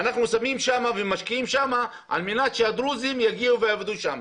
לכן אנחנו שמים ומשקיעים שם כדי שהדרוזים יגיעו ויעבדו שם.